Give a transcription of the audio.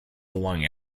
along